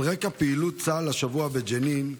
על רקע פעילות צה"ל השבוע בג'נין,